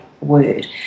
word